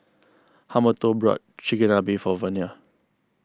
Humberto brought Chigenabe for Vernia